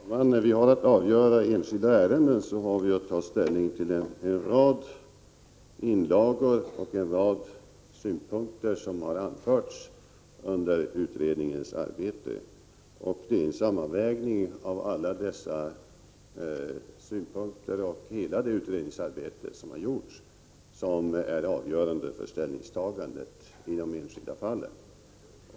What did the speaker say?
Herr talman! När vi skall avgöra enskilda ärenden har vi att ta ställning till en rad inlagor och synpunkter som har kommit fram under utredningens arbete. Det är en sammanvägning av alla dessa synpunkter och hela det utredningsarbete som har gjorts som är avgörande för ställningstagandet i de enskilda fallen.